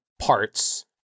parts